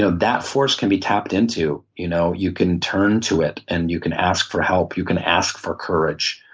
so that force can be tapped into. you know you can turn to it and you can ask for help. you can ask for courage.